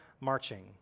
marching